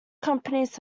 companies